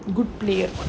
good player